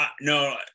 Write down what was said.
No